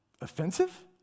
offensive